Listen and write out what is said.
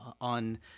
on